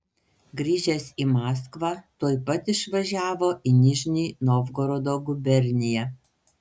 grįžęs į maskvą tuoj pat išvažiavo į nižnij novgorodo guberniją